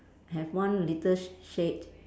have one little sh~ shade